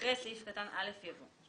אחרי סעיף קטן (א) יבוא:"